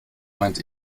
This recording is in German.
meint